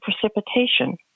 precipitation